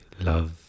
love